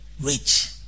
Rich